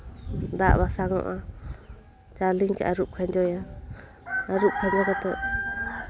ᱫᱟᱜ ᱵᱟᱥᱟᱝᱚᱜᱼᱟ ᱪᱟᱣᱞᱮᱧ ᱟᱹᱨᱩᱯ ᱠᱷᱟᱸᱡᱚᱭᱟ ᱟᱹᱨᱩᱯ ᱠᱷᱟᱸᱡᱚ ᱠᱟᱛᱮ